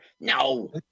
No